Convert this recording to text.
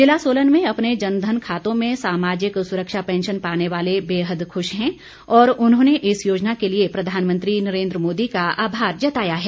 ज़िला सोलन में अपने जनधन खातों में सामाजिक सुरक्षा पैंशन पाने वाले बेहद खुश हैं और उन्होंने इस योजना के लिए प्रधानमंत्री नरेन्द्र मोदी का आभार जताया है